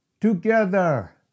Together